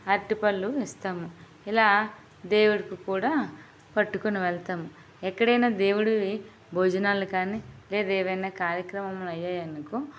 అరటి పళ్ళు ఇస్తాము ఇలా దేవుడికి కూడా పట్టుకొని వెళ్తాం ఎక్కడైనా దేవుడివి భోజనాలు కానీ లేదు ఏమైన్నా కార్యక్రమాలు అయినాయి అనుకో